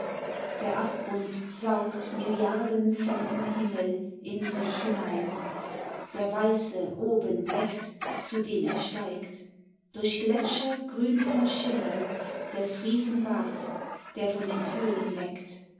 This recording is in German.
der abgrund saugt milliarden zentner himmel in sich hinein der weiße oben bleckt zu dem er steigt durch gletscher grün von schimmel des riesen bart der von den föhnen leckt